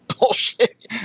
bullshit